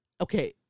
Okay